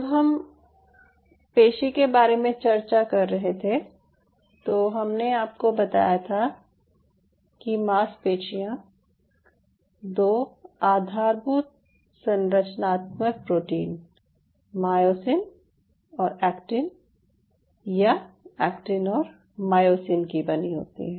जब हम पेशी के बारे में चर्चा कर रहे थे तो हमने आपको बताया था की मांसपेशियां 2 आधारभूत संरचनात्मक प्रोटीन मायोसिन और एक्टिन या एक्टिन और मायोसिन की बनी होती हैं